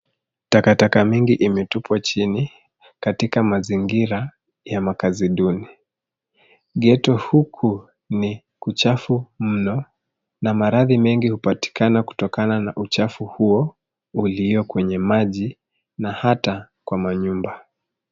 Takataka mingi imetupwa chini katika mazingira ya makazi duni. ghetto huku ni kuchafu mno na maradhi mengi hupatikana kutokana na uchafu huo ulio kwenye maji na hata kwa manyumba.